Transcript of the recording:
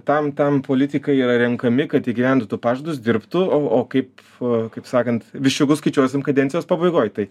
tam tam politikai yra renkami kad įgyvendintų pažadus dirbtų o o kaip kaip sakant viščiukus skaičiuosim kadencijos pabaigoj tai